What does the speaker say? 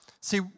See